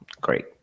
Great